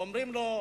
אומרים לו: